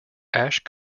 ash